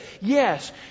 yes